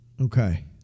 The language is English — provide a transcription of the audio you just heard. Okay